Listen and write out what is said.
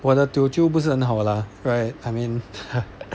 我的 teochew 不是很好 lah right I mean